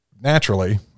naturally